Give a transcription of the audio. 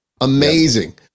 amazing